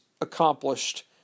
accomplished